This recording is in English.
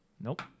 Nope